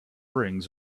rings